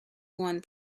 one